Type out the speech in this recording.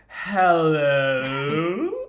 hello